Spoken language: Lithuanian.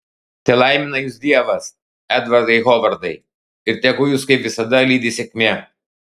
telaimina jus dievas edvardai hovardai ir tegu jus kaip visada lydi sėkmė